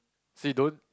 say don't